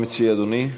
מה מציע אדוני?